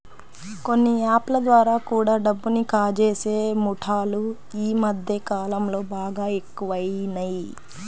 కొన్ని యాప్ ల ద్వారా కూడా డబ్బుని కాజేసే ముఠాలు యీ మద్దె కాలంలో బాగా ఎక్కువయినియ్